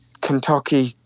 Kentucky